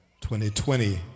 2020